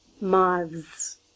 moths